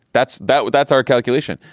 that's that but that's our calculation.